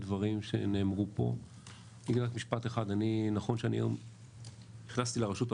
לדון בחוק לייעול האכיפה האכיפה והפיקוח העירוניים ברשויות